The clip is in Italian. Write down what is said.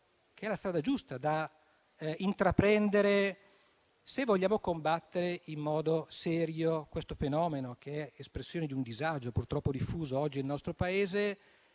è la strada giusta da intraprendere se vogliamo combattere in modo serio questo fenomeno che è espressione di un disagio purtroppo diffuso oggi nel nostro Paese,